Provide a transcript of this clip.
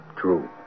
True